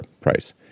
price